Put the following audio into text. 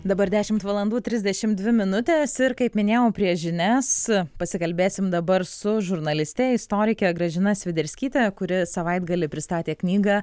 dabar dešimt valandų trisdešimt dvi minutės ir kaip minėjau prieš žinias pasikalbėsim dabar su žurnaliste istorikė gražina sviderskytė kuri savaitgalį pristatė knygą